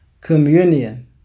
communion